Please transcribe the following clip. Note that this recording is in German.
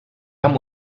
haben